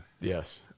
Yes